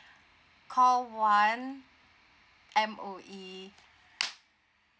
call one M_O_E